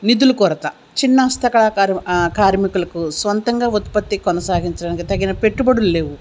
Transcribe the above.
నిధులు కొరత చిన్న హస్తకళ క కార్మికులకు సొంతంగా ఉత్పత్తి కొనసాగించడానికి తగిన పెట్టుబడులు లేవు